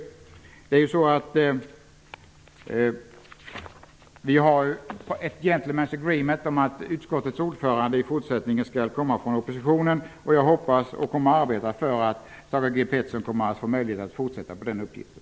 Vi har ett ''gentlemen's agreement'' om att utskottets ordförande i fortsättningen skall komma från oppositionen, och jag hoppas och kommer att arbeta för att Thage G Peterson skall få möjlighet att fortsätta i den uppgiften.